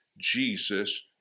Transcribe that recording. Jesus